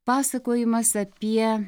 pasakojimas apie